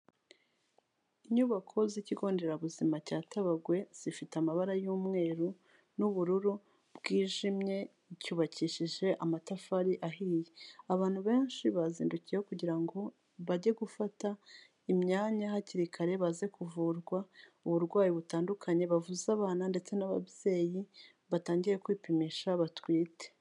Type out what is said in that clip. Inyubako z'ikigo nderabuzima cya Tabagwe zifite amabara y'umweru n'ubururu bwijimye cyubakishije amatafari ahiye. Abantu benshi bazindukiyeyo kugira ngo bajye gufata imyanya hakiri kare baze kuvurwa uburwayi butandukanye, bavuze abana ndetse n'ababyeyi batangiye kwipimisha batwite.